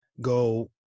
go